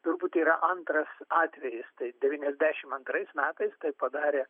turbūt yra antras atvejis tai devyniasdešim antrais metais tai padarė